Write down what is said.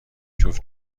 جفت